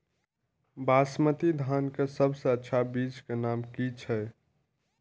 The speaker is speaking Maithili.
बासमती धान के सबसे अच्छा बीज के नाम की छे?